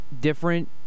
different